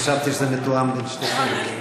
חשבתי שזה מתואם בין שתיכן.